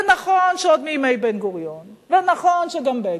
ונכון שעוד מימי בן-גוריון, ונכון שגם בגין.